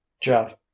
Jeff